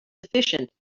efficient